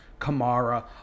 Kamara